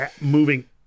moving